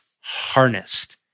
harnessed